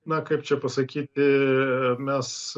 na kaip čia pasakyti mes